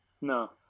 no